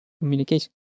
Communication